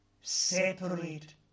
Separate